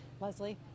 Leslie